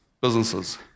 businesses